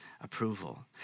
approval